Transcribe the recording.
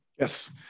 Yes